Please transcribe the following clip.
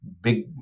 big